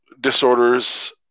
disorders